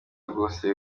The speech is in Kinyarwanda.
bwose